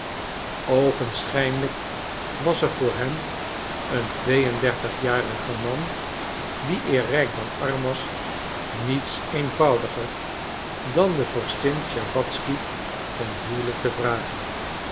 oogenschijnlijk was er voor hem een twee en dertig jarig man die eer rijk dan arm was niets eenvoudiger dan de vorstin tscherbatzky ten huwelijk te vragen